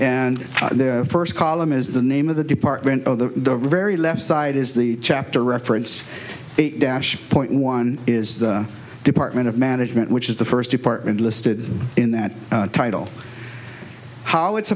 and the first column is the name of the department of the very left side is the chapter reference dash point one is the department of management which is the first department listed in that title how it's